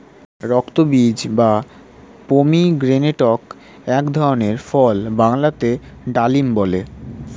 রক্তবীজ বা পমিগ্রেনেটক এক ধরনের ফল বাংলাতে ডালিম বলে